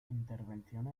intervención